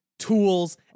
tools